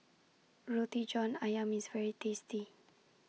Roti John Ayam IS very tasty